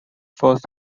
first